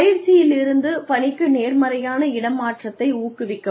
பயிற்சியிலிருந்து பணிக்கு நேர்மறையான இடமாற்றத்தை ஊக்குவிக்கவும்